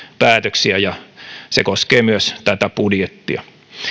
päätöksiä ja se koskee myös tätä budjettia